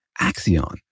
Axion